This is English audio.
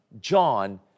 John